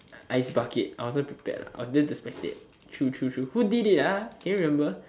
ice bucket I wasn't prepared lah I didn't expect it true true true who did it ah can you remember